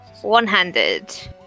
one-handed